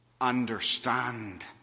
understand